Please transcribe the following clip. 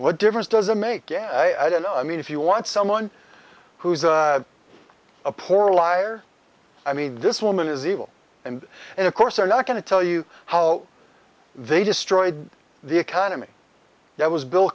what difference does it make i don't know i mean if you want someone who's a poor liar i mean this woman is evil and and of course they're not going to tell you how they destroyed the economy that was bill